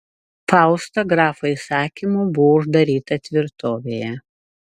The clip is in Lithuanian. fausta grafo įsakymu buvo uždaryta tvirtovėje